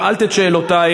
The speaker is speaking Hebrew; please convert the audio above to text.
שאלת את שאלותייך,